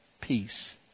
peace